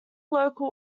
local